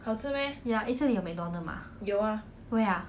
ya eh 这里有 mcdonald's mah where ah